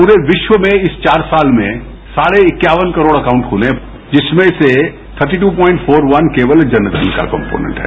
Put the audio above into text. प्ररे विश्व में इस चार साल में साढ़े इक्यावन करोड़ अकाउंट खुले हैं जिसमें से थर्टी ट्र प्वाइंट फोर वन केवल जनधन का कम्पोनेंट है